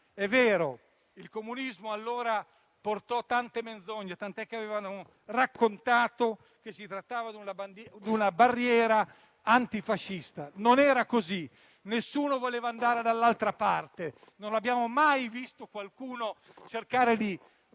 È vero: il comunismo allora portò tante menzogne, tant'è che avevano raccontato che si trattava di una barriera antifascista. Non era così: nessuno voleva andare dall'altra parte, non abbiamo mai visto qualcuno cercare di